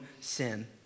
sin